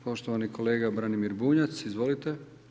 Poštovani kolega Branimir Bunjac, izvolite.